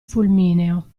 fulmineo